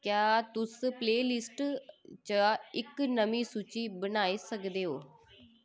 क्या तुस प्लेलिस्ट च इक नमीं सूची बनाई सकदे ओ